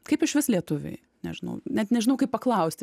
kaip išvis lietuviai nežinau net nežinau kaip paklausti